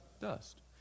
Dust